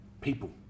people